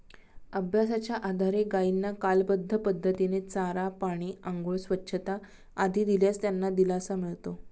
अभ्यासाच्या आधारे गायींना कालबद्ध पद्धतीने चारा, पाणी, आंघोळ, स्वच्छता आदी दिल्यास त्यांना दिलासा मिळतो